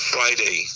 Friday